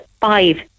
five